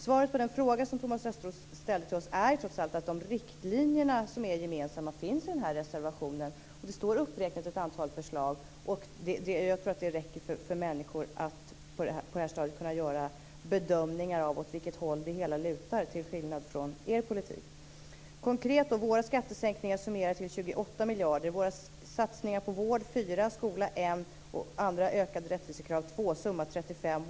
Svaret på den fråga som Thomas Östros ställde till oss är trots allt att de riktlinjer som är gemensamma finns i reservationen. Ett antal förslag är uppräknade. Jag tror att det räcker för att människor på detta stadium skall kunna göra bedömningar av åt vilket håll det hela lutar, till skillnad från vad som gäller er politik. Våra skattesänkningar uppgår till 28 miljarder. Våra satsningar på vård uppgår till 4 miljarder, på skola till 1 miljard och på andra ökade rättvisekrav till 2 miljarder. Summan är 35 miljarder.